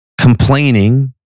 Complaining